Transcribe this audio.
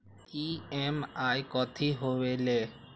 EMI कथी होवेले?